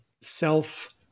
self